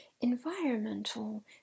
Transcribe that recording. environmental